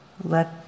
Let